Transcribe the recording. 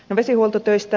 vesihuoltotöistä